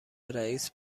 رئیس